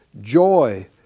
joy